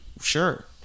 Sure